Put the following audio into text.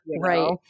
right